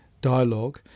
dialogue